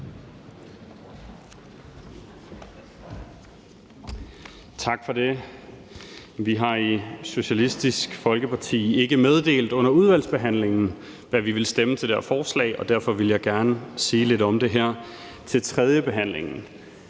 Tak for det. Vi har i Socialistisk Folkeparti ikke meddelt under udvalgsbehandlingen, hvad vi ville stemme til det her forslag, og derfor vil jeg gerne sige lidt om det her til tredjebehandlingen.